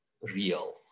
real